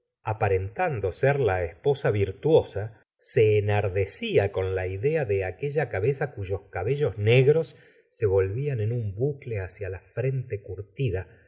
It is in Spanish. aparentando ser l a esposa virtuosa se enardecía con la idea de aquella cabeza cuyos cabellos negros se volvían en un bucle hacia la frente curtida